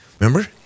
Remember